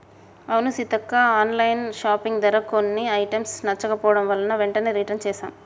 అవును సీతక్క online shopping ధర కొన్ని ఐటమ్స్ నచ్చకపోవడం వలన వెంటనే రిటన్ చేసాం